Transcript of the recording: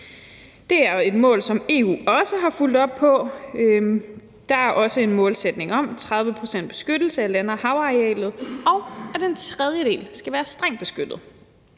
Det er et mål, som EU også har fulgt op på. Der er en målsætning om, at 30 pct. af land- og havarealer skal beskyttes, og om, at en tredjedel skal være strengt beskyttet.